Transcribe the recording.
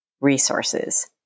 resources